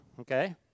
okay